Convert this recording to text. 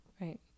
Right